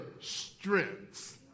strengths